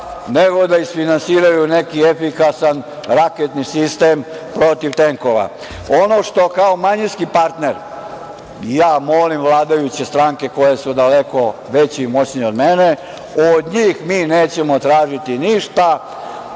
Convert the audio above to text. nego da isfinansiraju neki efikasan raketni sistem protiv tenkova. Ono što kao manjinski partner, ja molim vladajuće stranke koje su daleko veće i moćnije od mene od njih mi nećemo tražiti ništa,